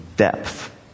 Depth